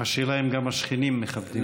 השאלה היא אם גם השכנים מכבדים את זה.